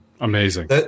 amazing